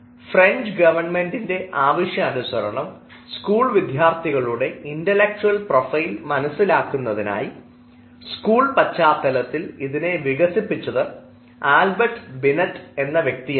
French ഗവൺമെൻറിൻറെ ആവശ്യാനുസരണം school വിദ്യാർത്ഥികളുടെ ഇന്റൽലെക്ച്വൽ പ്രൊഫൈൽ മനസ്സിലാക്കുന്നതിനായി സ്കൂൾ പശ്ചാത്തലത്തിൽ ഇതിനെ വികസിപ്പിച്ചെടുത്തത് ആൽബർട്ട് ബിനറ്റ് ആണ്